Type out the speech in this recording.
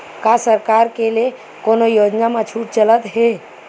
का सरकार के ले कोनो योजना म छुट चलत हे?